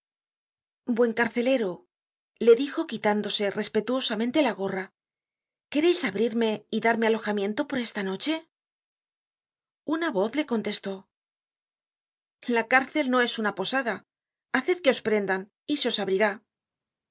un postigo buen carcelero le dijo quitándose respetuosamente la gorra quereis abrirme y darme alojamiento por esta noche una voz le contestó la cárcel no es una posada haced que os prendan y se os abrirá